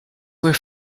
were